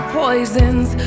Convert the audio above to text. poisons